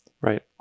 Right